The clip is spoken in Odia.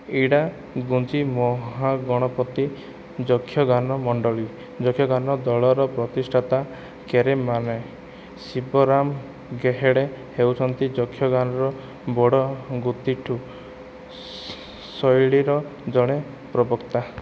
ଏଇଡ଼ା ଗୁଞ୍ଜି ମହାଗଣପତି ଯକ୍ଷଗାନ ମଣ୍ଡଳୀ ଯକ୍ଷଗାନ ଦଳର ପ୍ରତିଷ୍ଠାତା କେରେମାନେ ଶିବରାମ ଗେହେଡ଼େ ହେଉଛନ୍ତି ଯକ୍ଷଗାନର ବଡ଼ଗୁତିଟ୍ଟୁ ଶୈଳୀର ଜଣେ ପ୍ରବକ୍ତା